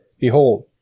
Behold